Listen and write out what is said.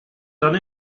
done